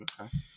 Okay